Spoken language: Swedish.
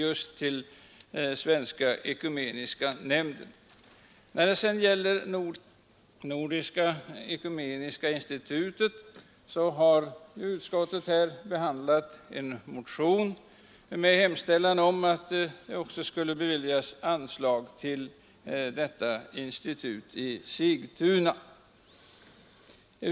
Utskottet har behandlat en motion med hemställan om att också Nordiska ekumeniska institutet i Sigtuna skulle beviljas anslag.